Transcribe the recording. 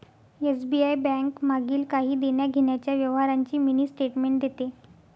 SBI bank मागील काही देण्याघेण्याच्या व्यवहारांची मिनी स्टेटमेंट देते